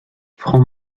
franc